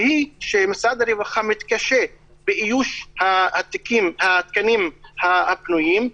משרד הרווחה מתקשה באיוש התקנים הפנויים.